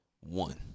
One